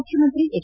ಮುಖ್ಯಮಂತ್ರಿ ಎಚ್